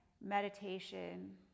meditation